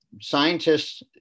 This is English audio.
scientists